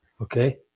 Okay